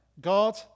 God